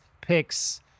Picks